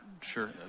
sure